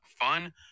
fun